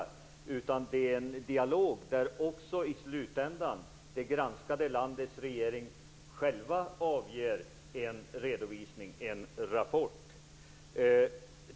Det är en dialog där det granskade landets regering själv i slutändan avger en redovisning, en rapport.